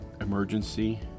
Emergency